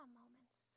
moments